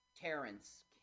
Terrence